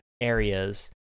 areas